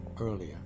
earlier